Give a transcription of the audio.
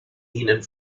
ihnen